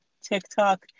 tiktok